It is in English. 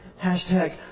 Hashtag